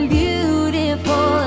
beautiful